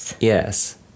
Yes